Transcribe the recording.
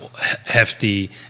hefty